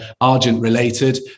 Argent-related